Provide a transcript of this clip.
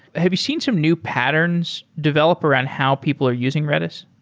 have you seen some new patterns developer on how people are using redis?